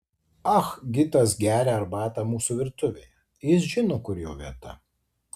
ah gitas geria arbatą mūsų virtuvėje jis žino kur jo vieta